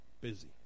busy